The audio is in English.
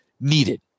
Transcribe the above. needed